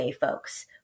folks